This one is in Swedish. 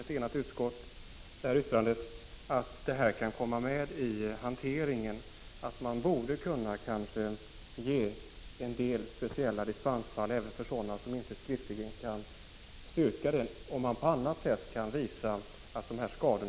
1985/86:49 man borde kunna ge dispens i en del fall, även om det inte skriftligen kan 11 december 1985 styrkas att skadorna upptäckts i ett visst skede. Man kanske kan visa på annat sätt att skadorna verkligen skett. Fukt: ockmögelskador